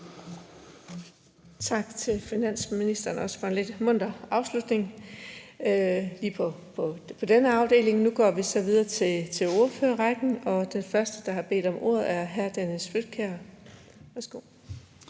Tak til finansministeren, også for en lidt munter afslutning af den her afdeling. Nu går vi så videre til ordførerrækken, og den første, der har bedt om ordet, er hr. Dennis Flydtkjær.